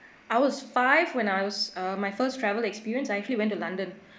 I was five when I was uh my first travel experience I actually went to london